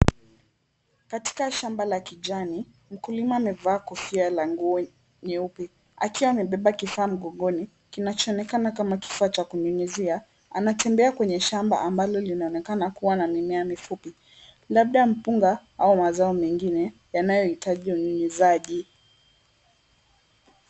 Katika shamba la kijani, mkulima amevaa nguo na kofia nyeupe, akiwa amebeba kifaa mgongoni kinachoonekana kama kifaa cha kunyunyizia. Anatembea kwenye shamba ambalo linaonekana kuwa na mimea mifupi labda mkunga au mazao mengine yanayohitaji unyunyizaji.